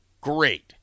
Great